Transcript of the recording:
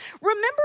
Remember